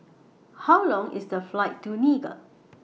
How Long IS The Flight to Niger